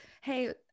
Hey